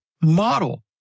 model